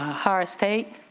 ah horace tate